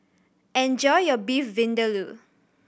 enjoy your Beef Vindaloo